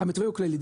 המתווה הוא כללי,